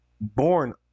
born